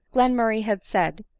glen murray had said,